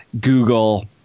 Google